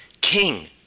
king